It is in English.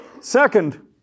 Second